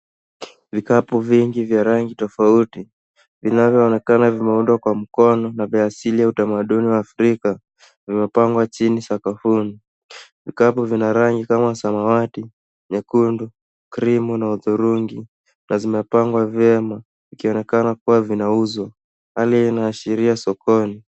Vikapu vingi vya rangi tofauti vinavyoonekana vimeundwa kwa mkono na vya asili ya tamaduni wa Afrika vimepangwa chini sakafuni. Vikapu vina rangi kama samawati, nyekundu, krimu na hudhurungi na zimepangwa vyema ikionekana kuwa vinauzwa. Hali hii inaashiria sokoni.